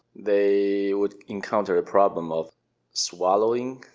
they would encounter ah problem of swallowing,